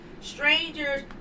strangers